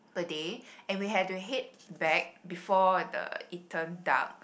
per day and we have to head back before the it turned dark